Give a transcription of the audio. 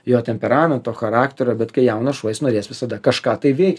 jo temperamento charakterio bet kai jaunas šuo jis norės visada kažką tai veikt